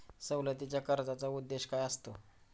सवलतीच्या कर्जाचा उद्देश काय असतो?